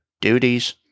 duties